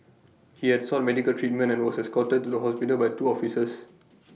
he had sought medical treatment and was escorted to the hospital by two officers